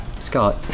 Scott